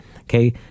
okay